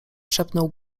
szepnął